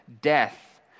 death